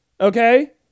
Okay